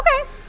Okay